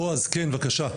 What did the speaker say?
בעז, נציג החמ"ד, בבקשה.